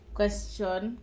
Question